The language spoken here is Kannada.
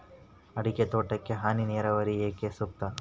ಅಡಿಕೆ ತೋಟಕ್ಕೆ ಹನಿ ನೇರಾವರಿಯೇ ಏಕೆ ಸೂಕ್ತ?